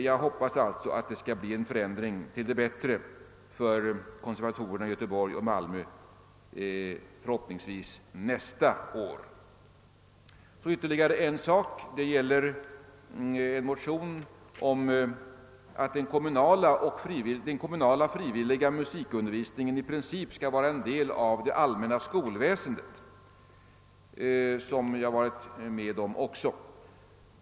Jag hoppas alltså att det skall bli en förändring till det bättre för konservatorierna i Göteborg och Malmö nästa år. Jag vill beröra ytterligare en sak. Det gäller här en motion om att den kommunala frivilliga musikundervisningen i princip skall bli en del av det allmänna skolväsendet, och denna motion har jag också varit med om att väcka.